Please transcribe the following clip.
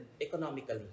economically